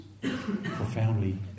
profoundly